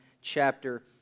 chapter